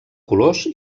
colors